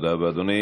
תודה רבה, אדוני.